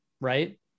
right